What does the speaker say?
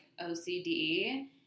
OCD